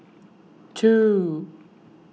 two